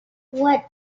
what